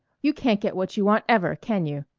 you can't get what you want ever, can you?